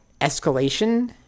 escalation